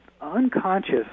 unconscious